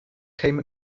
came